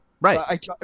Right